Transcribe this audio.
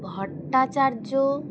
Bhattacharya